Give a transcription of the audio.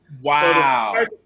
Wow